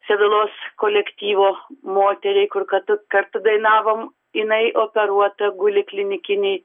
sevilos kolektyvo moteriai kur kartu dainavom jinai operuota guli klinikinėj